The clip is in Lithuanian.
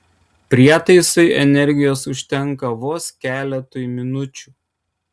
prietaisui energijos užtenka vos keletui minučių